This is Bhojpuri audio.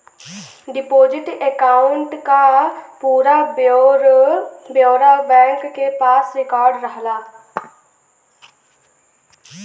डिपोजिट अकांउट क पूरा ब्यौरा बैंक के पास रिकार्ड रहला